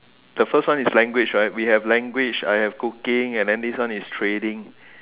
the first one is language right we have language I have cooking and then this one is trading